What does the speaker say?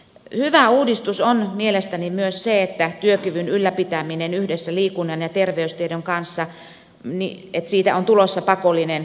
hyvä uudistus on mielestäni myös se että työkyvyn ylläpitämisestä yhdessä liikunnan ja terveystiedon kanssa on tulossa pakollinen osa alue